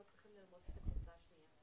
לא צריכים לרמוס את הקבוצה השנייה.